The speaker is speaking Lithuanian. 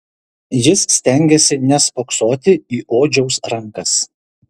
jis stengėsi nespoksoti į odžiaus rankas